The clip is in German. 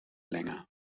länger